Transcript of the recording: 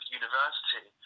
university